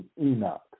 Enoch